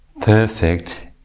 perfect